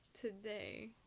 today